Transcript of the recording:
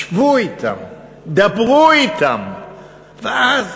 שבו אתם, דברו אתם, ואז,